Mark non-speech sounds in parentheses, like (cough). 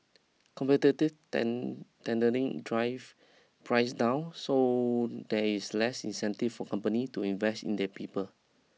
competitive (unintelligible) tendering drive prices down so there is less incentive for company to invest in their people